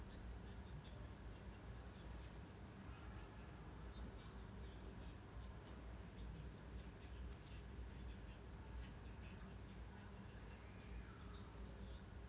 know